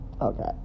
okay